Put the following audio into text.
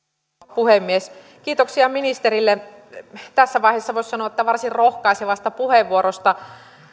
puhemies kiitoksia ministerille tässä vaiheessa voisi sanoa varsin rohkaisevasta puheenvuorosta